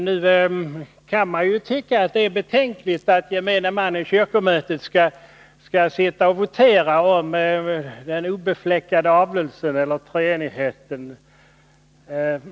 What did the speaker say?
Nu kan man tycka att det är betänkligt att gemene man i kyrkomötet skall votera om den obefläckade avlelsen eller treenigheten.